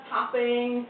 Topping